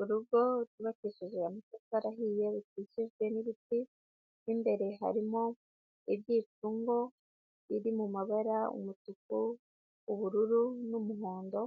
Urugo turabatijeje amatafa arahiye, rukikijwe n'ibiti, mo imbere harimo ibyicungo biri mu mabara umutuku, ubururu, n'umuhondo,